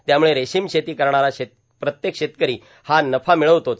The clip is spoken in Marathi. त्यामुळे रेशीम शेती करणारा प्रत्येक शेतकरों हा नफा र्ममळवतोच